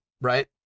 right